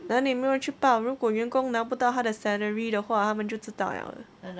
那里没有人去报如果员工拿不到他的 salary 的话他们就知道 liao